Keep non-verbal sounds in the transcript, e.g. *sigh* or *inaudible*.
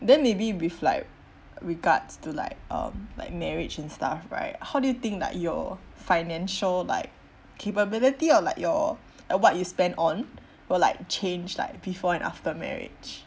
then maybe with like regards to like um like marriage and stuff right how do you think like your financial like capability or like your *breath* uh what you spend on will like change like before and after marriage